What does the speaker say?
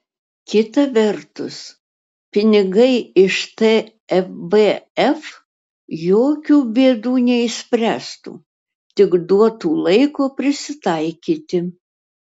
kita vertus pinigai iš tvf jokių bėdų neišspręstų tik duotų laiko prisitaikyti